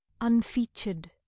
unfeatured